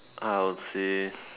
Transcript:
I would say